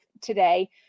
today